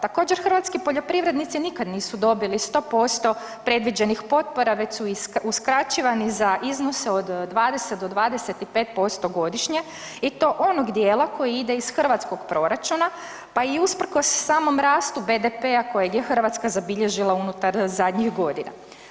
Također hrvatski poljoprivrednici nikad nisu dobili 100% predviđenih potpora već su uskraćivani za iznose od 20 do 25% godišnje i to onog dijela koje ide iz hrvatskog proračuna pa i usprkos samom rastu BDP-a kojeg je Hrvatska zabilježila unutar zadnjih godina.